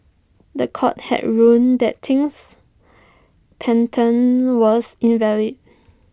The Court had ruled that Ting's patent was invalid